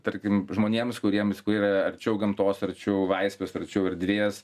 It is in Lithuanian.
tarkim žmonėms kuriems yra arčiau gamtos arčiau laisvės tačiau erdvės